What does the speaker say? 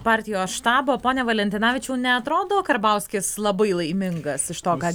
partijos štabo pone valentinavičiau neatrodo karbauskis labai laimingas iš to ką